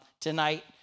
tonight